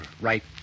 right